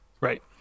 Right